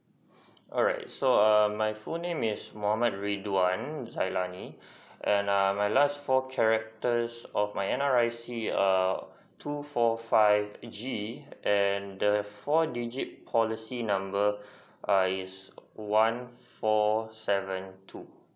alright so err my full name is mohamad ridwan jailani and err my last four characters of my N_R_I_C err two four five G and the four digit policy number err is one four seven two